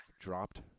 Dropped